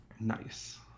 nice